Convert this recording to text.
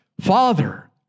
Father